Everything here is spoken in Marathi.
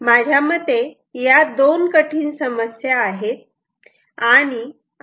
माझ्या मते या दोन कठीण समस्या आहे